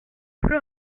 plus